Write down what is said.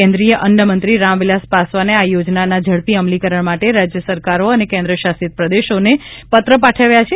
કેન્દ્રિય અન્નમંત્રી રામવિલાસ પાસવાને આ યોજનાના ઝડપી અમલીકરણ માટે રાજય સરકારો અને કેન્દ્રશાસિતપ્રદેશોને પત્ર પાઠવ્યા છે